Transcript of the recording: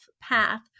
path